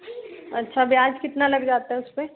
अच्छा ब्याज कितना लग जाएगा इसमें